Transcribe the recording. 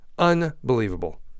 unbelievable